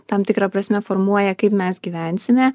tam tikra prasme formuoja kaip mes gyvensime